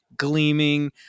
gleaming